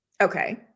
okay